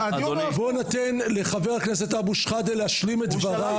בואו ניתן לחבר הכנסת אבו שחאדה להשלים את דבריו.